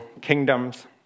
kingdoms